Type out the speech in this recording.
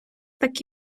так